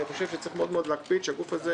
אני חושב שצריך להקפיד מאוד שהגוף הזה